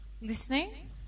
listening